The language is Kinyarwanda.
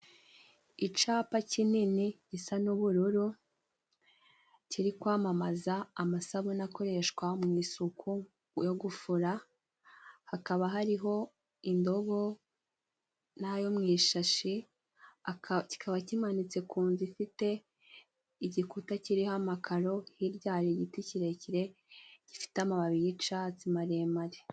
Icapa kinini gisa n'ubururu kiri kwamamaza amasabune akoreshwa mu isuku yo gufura, hakaba hariho indobo n'ayo mu ishashi, aka...kikaba kimanitse ku nzu ifite igikuta kiriho amakaro, hirya hari igiti kirekire gifite amababi y'icatsi maremare.